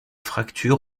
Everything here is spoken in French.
fracture